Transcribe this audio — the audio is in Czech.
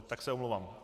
Tak se omlouvám.